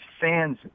fans